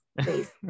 please